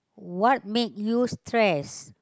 what made you stress